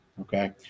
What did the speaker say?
Okay